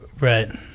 right